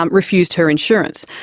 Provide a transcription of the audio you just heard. um refused her insurance.